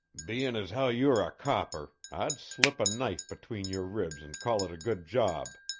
bein' as how you are a copper, i'd slip a knife between your ribs and call it a good job,